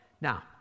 Now